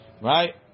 right